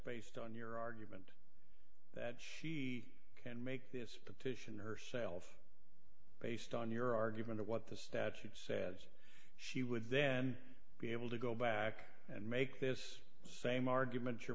based on your argument that she can make this petition herself based on your argument what the statute says she would then be able to go back and make this same argument you're